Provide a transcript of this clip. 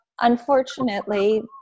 unfortunately